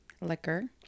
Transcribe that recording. Liquor